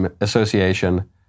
Association